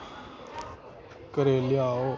घरा गी लेआओ